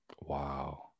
Wow